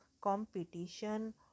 competition